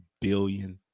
billion